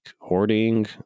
hoarding